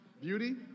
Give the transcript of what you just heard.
Beauty